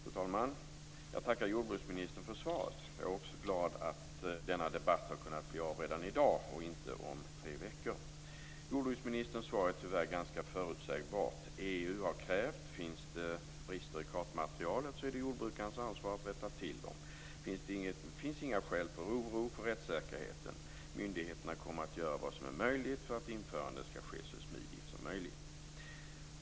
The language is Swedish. Fru talman! Jag tackar jordbruksministern för svaret. Jag är glad att denna debatt kunde bli av redan i dag, och inte om tre veckor. Jordbruksministerns svar är tyvärr ganska förutsägbart - EU har krävt detta, finns det brister i kartmaterialet är det jordbrukarens ansvar att rätta till dem, det finns inga skäl för oro för rättssäkerheten, och myndigheterna kommer att göra vad som är möjligt för att införandet skall ske så smidigt som möjligt.